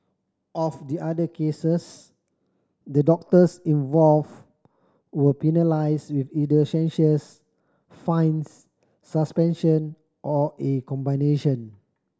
of the other cases the doctors involved were penalised with either censures fines suspension or a combination